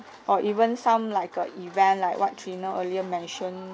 or even some like uh event like what trina earlier mentioned